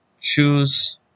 Choose